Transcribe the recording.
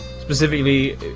specifically